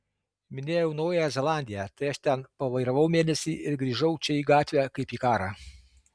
minėjau naująją zelandiją tai aš ten pavairavau mėnesį ir grįžau čia į gatvę kaip į karą